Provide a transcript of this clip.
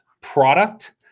product